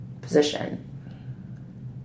position